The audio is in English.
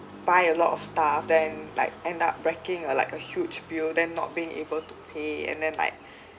buy a lot of stuff then like end up racking like a huge bill then not being able to pay and then like